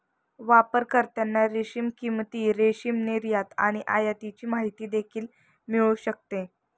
वापरकर्त्यांना रेशीम किंमती, रेशीम निर्यात आणि आयातीची माहिती देखील मिळू शकते